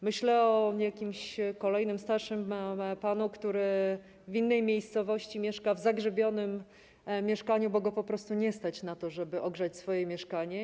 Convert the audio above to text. Myślę o jakimś kolejnym starszym panu, który w innej miejscowości mieszka w zagrzybionym mieszkaniu, bo go po prostu nie stać na to, żeby ogrzać swoje mieszkanie.